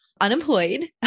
unemployed